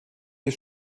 ist